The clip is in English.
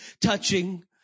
touching